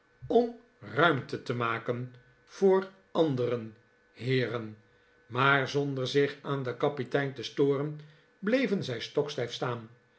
om ruimte te maken voor anderen heeren maar zonder zich aan den kapitein te storen bleven zij stokstijf staan